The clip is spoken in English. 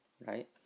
right